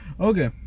Okay